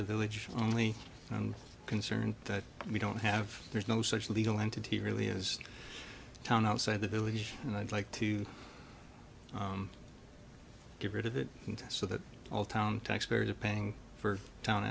the village only concern that we don't have there's no such legal entity really is a town outside the village and i'd like to get rid of it so that all town taxpayers are paying for town